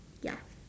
ya